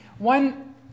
One